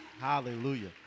Hallelujah